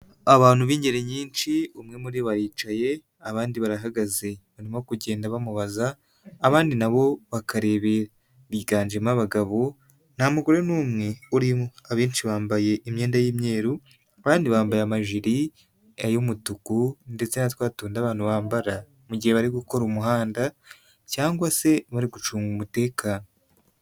Abantu b'ingeri nyinshi umwe muri bo yicaye abandi barahagaze barimo kugenda bamubaza abandi nabo bakarebera, biganjemo abagabo nta mugore n'umwe urimo, abenshi bambaye imyenda y'imyeru abandi bambaye amajiri ay'umutuku ndetse na twa tundi abantu bambara mu gihe bari gukora umuhanda cyangwa se bari gucunga umutekano.